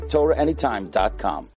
TorahAnytime.com